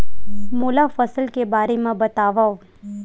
मोला फसल के बारे म बतावव?